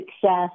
success